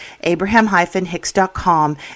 abraham-hicks.com